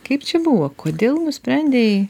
kaip čia buvo kodėl nusprendei